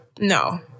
no